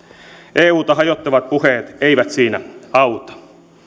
euta hajottavat puheet eivät siinä auta